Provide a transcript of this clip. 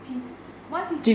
起 one fifty